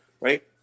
right